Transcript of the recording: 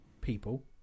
people